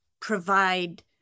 provide